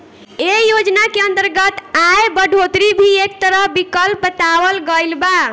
ऐ योजना के अंतर्गत आय बढ़ोतरी भी एक तरह विकल्प बतावल गईल बा